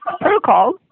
Protocol